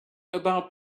about